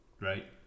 right